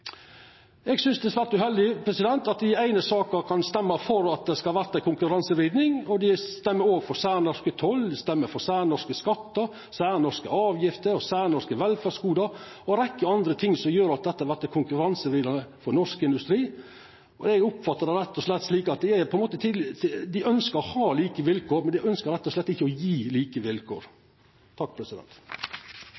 Eg synest det er svært uheldig at dei i den eine saka kan stemma for at det skal verta konkurransevriding, og dei stemmer òg for særnorsk toll, dei stemmer for særnorske skattar, særnorske avgifter og særnorske velferdsgode og ei rekkje andre ting som gjer at dette vert konkurransevridande for norsk industri. Eg oppfattar det rett og slett slik at dei ønskjer å ha like vilkår, men dei ønskjer ikkje å gje like vilkår.